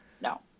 No